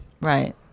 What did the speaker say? Right